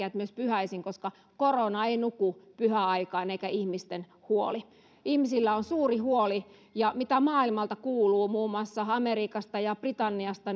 että se olisi myös pyhisin koska korona ei nuku pyhäaikaan eikä ihmisten huoli ihmisillä on suuri huoli ja mitä maailmalta kuuluu muun muassa amerikasta ja britanniasta